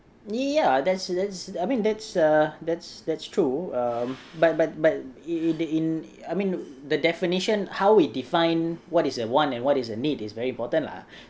ya that's that's I mean that's err that's that's true um but but but in in I mean the definition how we define what is a want and what is a need is very important lah